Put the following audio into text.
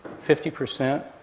fifty percent.